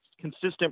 consistent